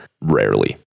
rarely